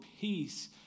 peace